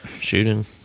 Shooting